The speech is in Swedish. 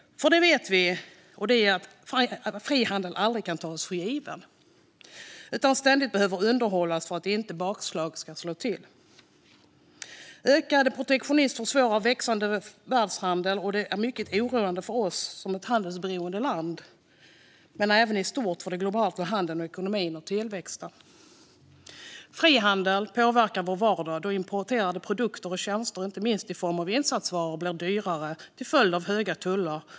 Vi vet nämligen att frihandel aldrig kan tas för given utan ständigt behöver underhållas för att bakslag inte ska inträffa. Ökande protektionism försvårar växande världshandel. Det är mycket oroande för Sverige, som ett handelsberoende land, men även i stort för den globala handeln, ekonomin och tillväxten. Frihandel påverkar vår vardag, då importerade produkter och tjänster - inte minst i form av insatsvaror - blir dyrare till följd av höga tullar.